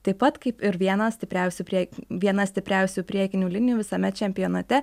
taip pat kaip ir vieną stipriausių priek viena stipriausių priekinių linijų visame čempionate